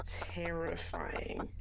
terrifying